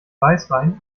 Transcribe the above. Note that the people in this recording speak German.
weißwein